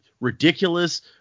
ridiculous